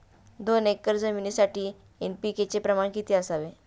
दोन एकर जमीनीसाठी एन.पी.के चे प्रमाण किती असावे?